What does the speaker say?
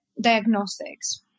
diagnostics